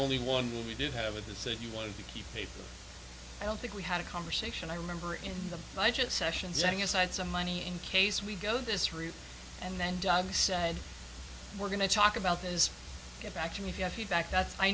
only one we did have with the so you wanted to keep people i don't think we had a conversation i remember in the budget sessions setting aside some money in case we go this route and then doug said we're going to talk about this get back to me if you have feedback that i